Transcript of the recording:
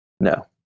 No